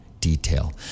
detail